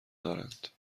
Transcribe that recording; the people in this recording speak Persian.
دارند